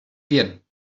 bien